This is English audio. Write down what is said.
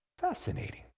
Fascinating